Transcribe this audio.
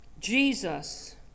Jesus